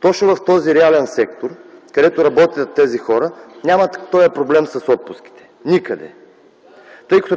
Точно в реалния сектор, където работят тези хора, те нямат този проблем с отпуските. Никъде!